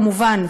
כמובן,